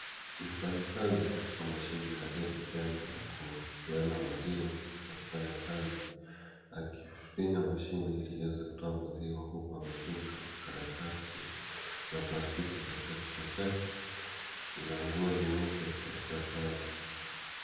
Mfanyikazi katika mashine ya ATM ya kupeana maziwa na akifanya kazi akifinya mashini iweze kutoa maziwa huku amefunga karatasi ya plastiki katika kichwa chake. Ana nguo nyeupe katika kazi.